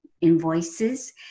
invoices